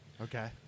Okay